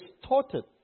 distorted